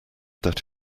that